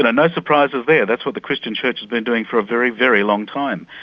and no surprises there, that's what the christian church has been doing for a very, very long time.